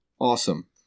awesome